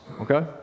okay